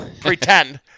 pretend